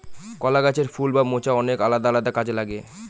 কলা গাছের ফুল বা মোচা অনেক আলাদা আলাদা কাজে লাগে